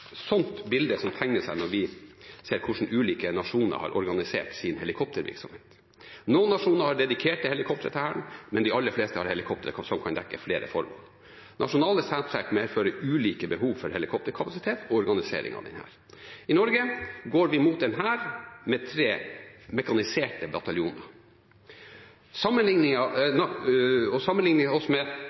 som tegner seg når vi ser hvordan ulike nasjoner har organisert sin helikoptervirksomhet. Noen nasjoner har dedikerte helikoptre til hæren, men de aller fleste har helikoptre som kan dekke flere formål. Nasjonale særtrekk medfører ulike behov for helikopterkapasitet og organisering av dette. I Norge går vi mot en hær med tre mekaniserte bataljoner. Å sammenlikne oss med andre nasjoner forutsetter da at vi sammenlikner oss med